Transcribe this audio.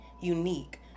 unique